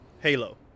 Halo